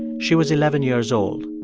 she was eleven years old.